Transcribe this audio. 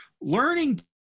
learning